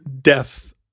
death